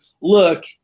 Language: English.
look